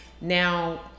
Now